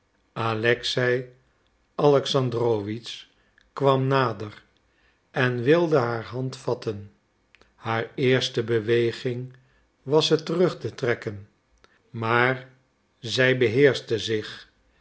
alexei alexandrowitsch kwam nader en wilde haar hand vatten haar eerste beweging was ze terug te trekken maar zij beheerschte zich